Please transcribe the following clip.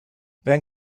van